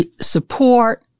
support